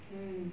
mm